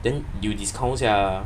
then 有 discount sia